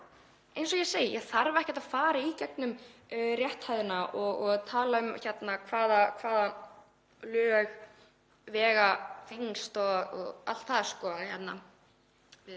Eins og ég segi, ég þarf ekkert að fara í gegnum rétthæðina og tala um hvaða lög vega þyngst og allt það. Ég þarf